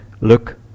look